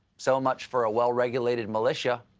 so much for a well-regulated militia.